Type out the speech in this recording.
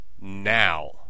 Now